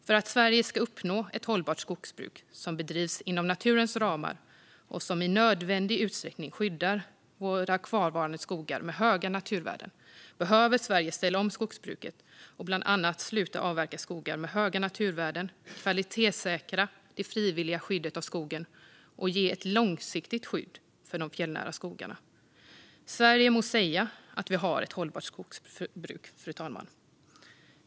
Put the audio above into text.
För att uppnå ett hållbart skogsbruk som bedrivs inom naturens ramar och som i nödvändig utsträckning skyddar våra kvarvarande skogar med höga naturvärden behöver Sverige ställa om skogsbruket och bland annat sluta att avverka skogar med höga naturvärden, kvalitetssäkra det frivilliga skyddet av skogen och ge ett långsiktigt skydd för de fjällnära skogarna. Fru talman! Vi i Sverige må säga att vi har ett hållbart skogsbruk.